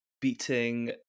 beating